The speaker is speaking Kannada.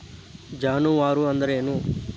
ಜಾನುವಾರು ಅಂದ್ರೇನು?